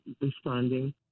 Responding